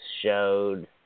showed